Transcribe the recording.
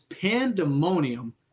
pandemonium